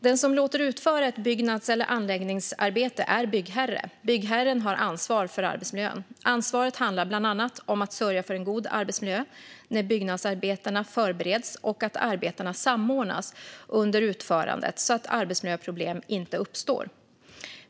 Den som låter utföra ett byggnads eller anläggningsarbete är byggherre. Byggherren har ansvar för arbetsmiljön. Ansvaret handlar bland annat om att sörja för en god arbetsmiljö när byggnadsarbetena förbereds och att arbetena samordnas under utförandet så att arbetsmiljöproblem inte uppstår.